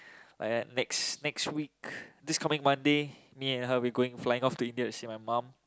like that next next week this coming Monday me and her we're going flying off to India to see my mum